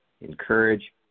encourage